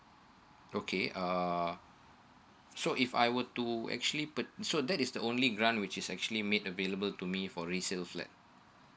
okay uh so if I were to actually put it so that is the only grant which is actually made available to me for resale flat